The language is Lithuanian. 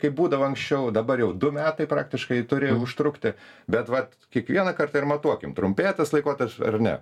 kaip būdavo anksčiau dabar jau du metai praktiškai turėjo užtrukti bet vat kiekvieną kartą ir matuokim trumpėja tas laikotarpis ar ne